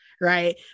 Right